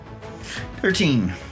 Thirteen